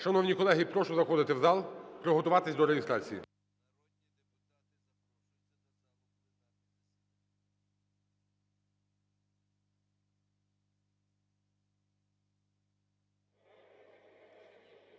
Шановні колеги, прошу заходити в зал, приготуватись до реєстрації.